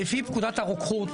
לפי פקודת הרוקחות,